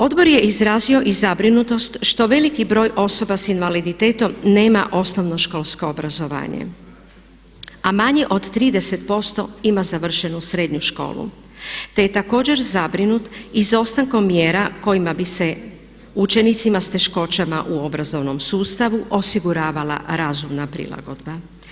Odbor je izrazio i zabrinutost što veliki broj osoba sa invaliditetom nema osnovnoškolsko obrazovanje, a manje od 30% ima završenu srednju školu, te je također zabrinut izostankom mjera kojima bi se učenicima sa teškoćama u obrazovnom sustavu osiguravala razumna prilagodba.